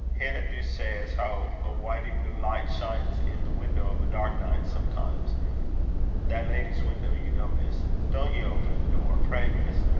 hannah do say as how a whitey-blue light shines in the window of a dark night, sometimes that lady's window, you know, miss. don't ye open the door pray, miss.